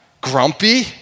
grumpy